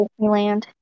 Disneyland